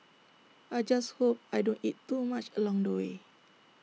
I just hope I don't eat too much along the way